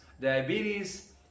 diabetes